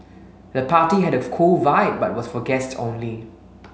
the party had a cool vibe but was for guests only